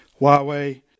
Huawei